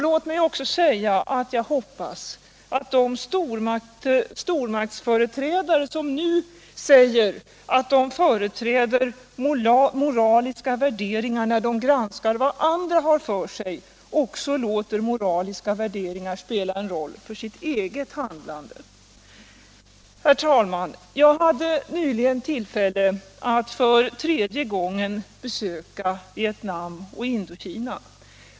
Låt mig också säga att jag hoppas att de stormaktsföreträdare som nu säger att de företräder moraliska värderingar när de granskar vad andra har för sig också låter moraliska värderingar spela en roll för sitt eget handlande. Herr talman! Jag hade nyligen tillfälle att för tredje gången besöka Vietnam och Indokina.